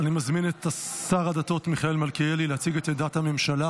אני מזמין את שר הדתות מיכאל מלכיאלי להציג את עמדת הממשלה